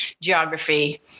geography